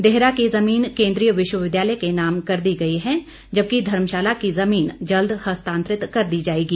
देहरा की जमीन केन्द्रीय विश्वविद्यालय के नाम कर दी गई है जबकि धर्मशाला की जमीन जल्द हस्तांतरित कर दी जाएगी